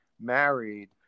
married